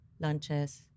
Lunches